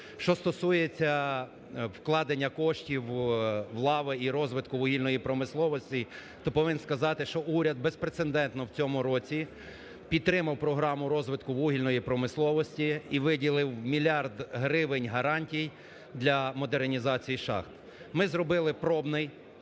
Що стосується вкладення коштів в лави і розвитку вугільної промисловості, то повинен сказати, що уряд безпрецедентно в цьому році підтримав програму розвитку вугільної промисловості – і виділив 1 мільярд гривень гарантій для модернізації шахт. Ми зробили пробний,